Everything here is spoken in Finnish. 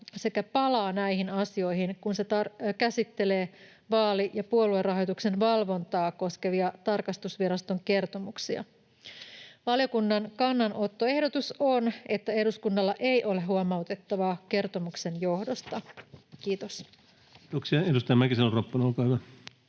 sekä palaa näihin asioihin, kun se käsittelee vaali‑ ja puoluerahoituksen valvontaa koskevia tarkastusviraston kertomuksia. Valiokunnan kannanottoehdotus on, että eduskunnalla ei ole huomautettavaa kertomuksen johdosta. — Kiitos. [Speech 109] Speaker: